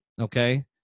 okay